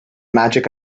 magic